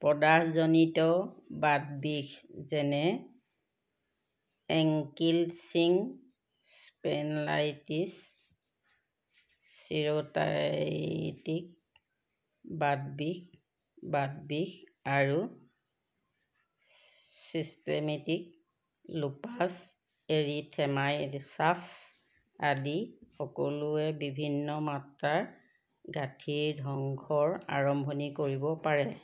প্ৰদাহজনিত বাতবিষ যেনে ankylosing spondylitis psoriatic বাতবিষ বাতবিষ আৰু ছিষ্টেমেটিক লুপাছ এৰিথেমাইছাছ আদি সকলোৱে বিভিন্ন মাত্ৰাৰ গাঁঠিৰ ধ্বংসৰ আৰম্ভণি কৰিব পাৰে